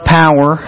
power